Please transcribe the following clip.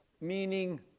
meaning